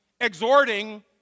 exhorting